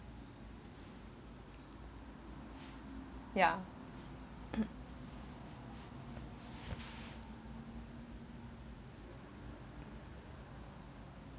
ya